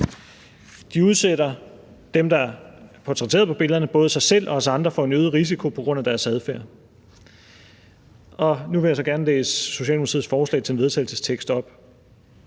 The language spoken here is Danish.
Dem, der er portrætteret på billederne, udsætter både sig selv og os andre for en øget risiko på grund af deres adfærd. Nu vil jeg gerne læse Socialdemokratiets forslag til vedtagelse op: